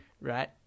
Right